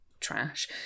trash